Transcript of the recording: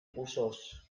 polsós